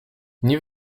nie